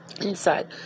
inside